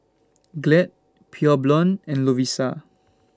Glad Pure Blonde and Lovisa